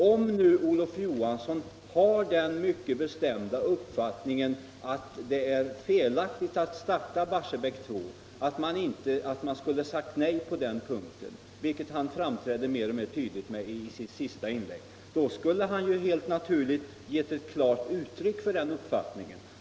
Om nu Olof Johansson har den mycket bestämda uppfattningen att det är felaktigt att starta Barsebäck 2 och att man skulle ha sagt nej på den punkten - vilket framträdde mer och mer tydligt i Olof Johanssons senaste inlägg — skulle han helt naturligt ha givit ett klart uttryck för den uppfattningen.